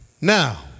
Now